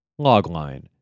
Logline